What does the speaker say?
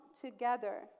together